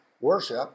worship